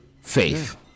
faith